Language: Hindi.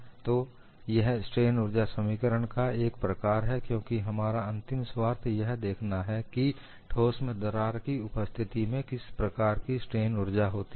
तो यह स्ट्रेन ऊर्जा समीकरण का एक प्रकार है क्योंकि हमारा अंतिम स्वार्थ यह देखना है कि ठोस में दरार की उपस्थिति में किस प्रकार की स्ट्रेन ऊर्जा होती है